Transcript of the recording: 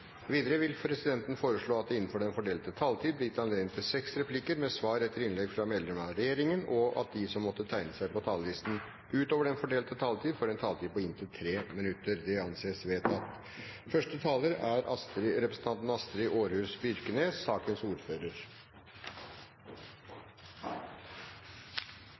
Videre vil presidenten foreslå at det blir gitt anledning til seks replikker med svar etter innlegg fra medlemmer av regjeringen innenfor den fordelte taletid. Videre blir det foreslått at de som måtte tegne seg på talerlisten utover den fordelte taletid, får en taletid på inntil 3 minutter. – Det anses vedtatt. Første taler er representanten